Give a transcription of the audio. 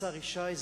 והשר ישי,